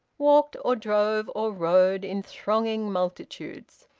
walked or drove or rode in thronging multitudes.